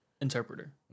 interpreter